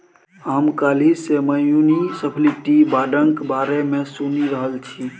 हम काल्हि सँ म्युनिसप्लिटी बांडक बारे मे सुनि रहल छी